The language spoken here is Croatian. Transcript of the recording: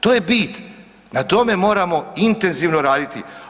To je bit, na tome moramo intenzivno raditi.